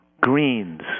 greens